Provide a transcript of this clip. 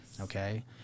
okay